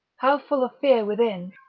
how full of fear within,